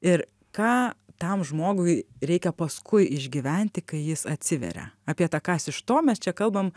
ir ką tam žmogui reikia paskui išgyventi kai jis atsiveria apie tą kas iš to mes čia kalbam